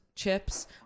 Chips